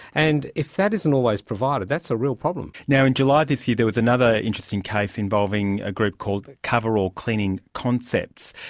and if that isn't always provided, that's a real problem. in july this year there was another interesting case involving a group called coverall cleaning concepts.